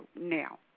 now